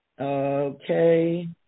Okay